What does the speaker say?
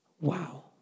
Wow